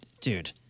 dude